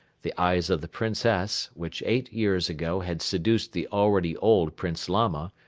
the eyes of the princess, which eight years ago had seduced the already old prince lama,